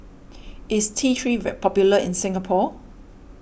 is T three vet popular in Singapore